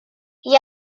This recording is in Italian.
gli